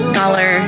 dollar